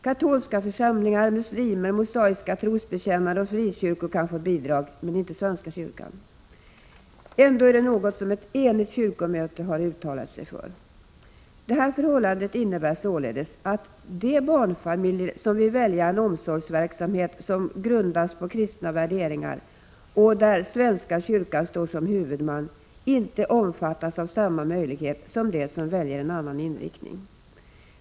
Katolska församlingar, muslimer, mosaiska trosbekännare och frikyrkor kan få bidrag men inte svenska kyrkan. Ändå är det något som ett enigt kyrkomöte har uttalat sig för. Det här förhållandet innebär således att de barnfamiljer som vill välja en omsorgsverksamhet som grundas på kristna värderingar och där svenska kyrkan står som huvudman inte omfattas av samma möjlighet som de som väljer en annan inriktning.